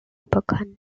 bekannt